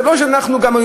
זה לא שאנחנו גם,